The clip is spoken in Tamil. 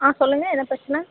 ஆ சொல்லுங்கள் என்ன பிரச்சனை